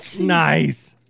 Nice